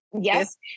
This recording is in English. yes